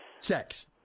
sex